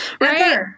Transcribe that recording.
Right